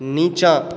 नीचाँ